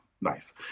Nice